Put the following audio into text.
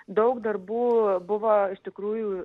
daug darbų buvo iš tikrųjų